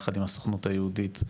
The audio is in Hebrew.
יחד עם הסוכנות היהודית,